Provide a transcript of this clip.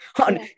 on